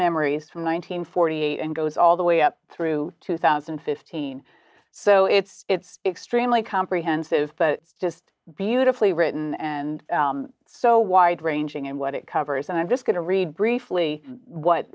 memories from one nine hundred forty eight and goes all the way up through two thousand and fifteen so it's it's extremely comprehensive but just beautifully written and so wide ranging in what it covers and i'm just going to read briefly what